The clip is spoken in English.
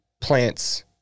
plants